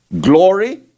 glory